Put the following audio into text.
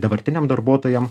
dabartiniam darbuotojam